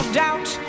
doubt